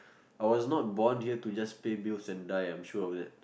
I was not born here to just pay bills and die I'm sure of that